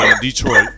Detroit